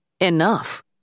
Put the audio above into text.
enough